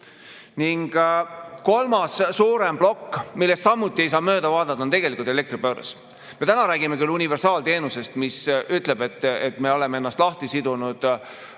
Ning kolmas suurem plokk, millest samuti ei saa mööda vaadata, on elektribörs. Me räägime küll universaalteenusest, mis [tähendab], et me oleme ennast lahti sidunud